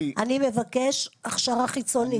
אתה מבקש הכשרה חיצונית.